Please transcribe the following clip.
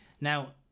Now